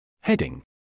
Heading